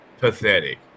pathetic